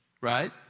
right